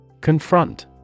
Confront